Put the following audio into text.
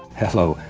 hello,